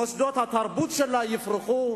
מוסדות התרבות שלה יפרחו,